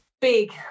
big